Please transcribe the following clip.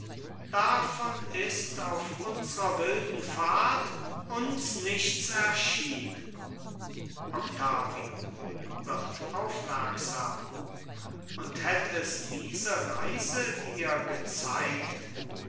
davon ist auf unsrer wilden fahrt uns nichts erschienen octavio wird aufmerksam und hätt es diese reise dir gezeigt